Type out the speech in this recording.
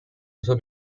also